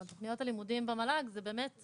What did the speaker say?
אבל תוכניות הלימודים במל"ג זה באמת,